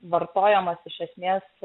vartojamas iš esmės